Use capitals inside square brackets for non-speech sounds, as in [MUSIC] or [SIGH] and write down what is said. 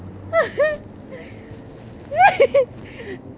[LAUGHS]